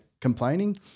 complaining